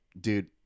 dude